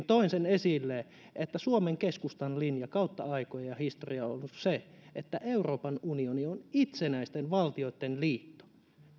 toin sen esille että suomen keskustan linja kautta aikojen ja historian on ollut se että euroopan unioni on itsenäisten valtioitten liitto